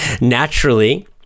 naturally